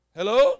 Hello